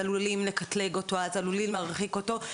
עלולים לקטלג אותו או להרחיק אותו.